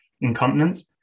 incontinence